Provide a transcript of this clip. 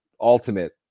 ultimate